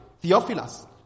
Theophilus